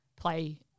play